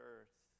Earth